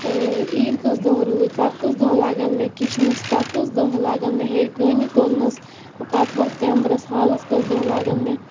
عیٖد کٔژ دۄہ روٗدۍ پَتہٕ کٔژ دۄہ لَگان مےٚ کِچنَس پَتہٕ کٔژ دۄہ لَگان مےٚ ہیٚرِ کٲنی تُلنَس پَتہٕ ہُتھ کَمرَس ہالَس کٔژٕ دۄہ لگان مےٚ